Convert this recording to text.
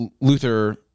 Luther